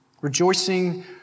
Rejoicing